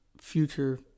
future